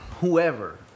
whoever